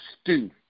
stew